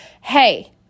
Hey